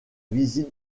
visite